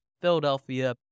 Philadelphia